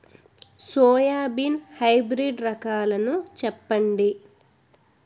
Soybean hybrid రకాలను చెప్పండి?